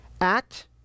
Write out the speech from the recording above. Act